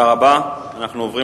אנחנו עוברים